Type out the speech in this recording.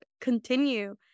continue